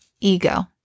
Ego